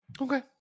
okay